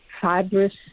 fibrous